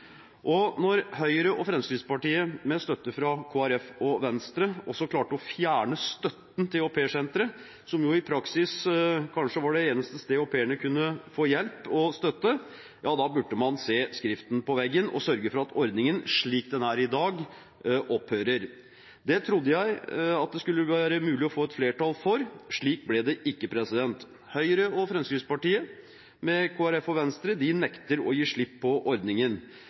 Høyre og Fremskrittspartiet med støtte fra Kristelig Folkeparti og Venstre også klarte å fjerne støtten til aupairsenteret, som i praksis kanskje var det eneste stedet au pairene kunne få hjelp og støtte, burde man nå se skriften på veggen og sørge for at ordningen, slik den er i dag, opphører. Det trodde jeg at det skulle være mulig å få et flertall for. Slik ble det ikke. Høyre og Fremskrittspartiet, med Kristelig Folkeparti og Venstre, nekter å gi slipp på ordningen.